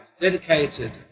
dedicated